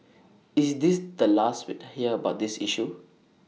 is this the last we'd hear about this issue